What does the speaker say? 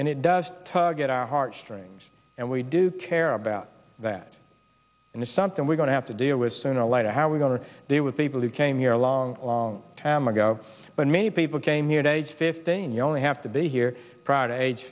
and it does tug at our heart strings and we do care about that and it's something we're going to have to deal with sooner or later how we're going to do with people who came here a long long time ago but many people came here to age fifteen you only have to be here proud